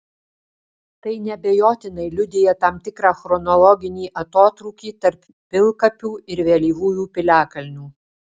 tai neabejotinai liudija tam tikrą chronologinį atotrūkį tarp pilkapių ir vėlyvųjų piliakalnių